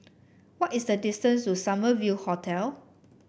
what is the distance to Summer View Hotel